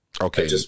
Okay